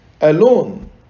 alone